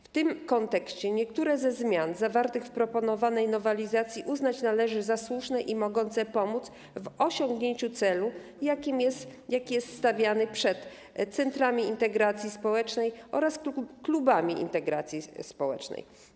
W tym kontekście niektóre ze zmian zawartych w proponowanej nowelizacji uznać należy za słuszne i mogące pomóc w osiągnięciu celu, jaki jest stawiany przed centrami integracji społecznej oraz klubami integracji społecznej.